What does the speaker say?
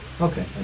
Okay